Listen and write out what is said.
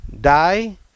die